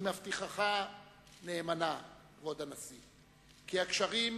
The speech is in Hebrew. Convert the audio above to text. אני מבטיחך נאמנה, כבוד הנשיא, כי הקשרים